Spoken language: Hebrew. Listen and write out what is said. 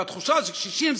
והתחושה היא שקשישים,